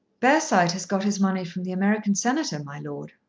bearside has got his money from the american senator, my lord,